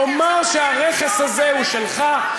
תאמר שהרכס הזה הוא שלך,